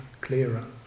clearer